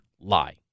lie